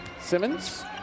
Simmons